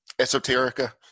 esoterica